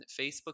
Facebook